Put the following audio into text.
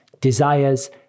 desires